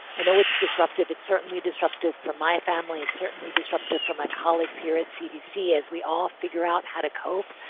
i know it's disruptive. it's certainly disruptive for my family. it's certainly disruptive for my colleagues here at cdc as we all figure out how to cope.